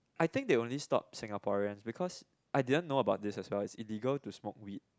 I think they only stopped Singaporeans because I didn't know about this as well it's illegal to smoke weed